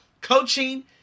coaching